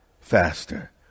faster